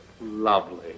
Lovely